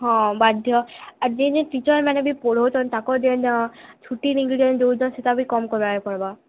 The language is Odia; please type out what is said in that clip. ହଁ ବାଧ୍ୟ ଆର୍ ଯେନ୍ ଯେନ୍ ଟିଚର୍ ମାନେ ବି ପଢ଼ଉଛନ୍ ତାକଁର୍ ଯେନ୍ ଛୁଟି ନିକରି ଯଉଛନ୍ ସେଟା ବି କମ୍ କରବାକେ ପଡ଼ବା